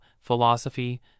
philosophy